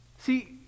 See